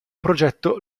progetto